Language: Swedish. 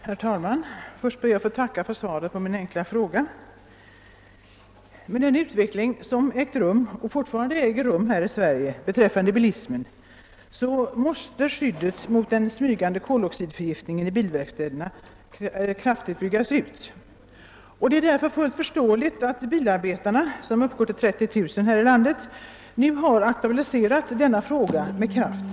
Herr talman! Jag ber att få tacka för svaret på min enkla fråga. Med den utveckling som ägt rum och fortfarande äger rum av bilismen här i Sverige måste skyddet mot den smygande koloxidförgiftningen i bilverkstäderna byggas ut väsentligt. Det är därför fullt förståeligt att bilarbetarna — som uppgår till ett antal av 30 000 här i landet — nu har aktualiserat denna fråga med kraft.